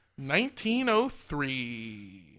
1903